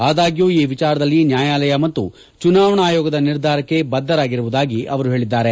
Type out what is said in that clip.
ಆದಾಗ್ಯೂ ಈ ವಿಚಾರದಲ್ಲಿ ನ್ಯಾಯಾಲಯ ಮತ್ತು ಚುನಾವಣಾ ಆಯೋಗದ ನಿರ್ಧಾರಕ್ಕೆ ಬದ್ದರಾಗುವುದಾಗಿ ಅವರು ಹೇಳಿದ್ದಾರೆ